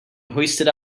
hoisted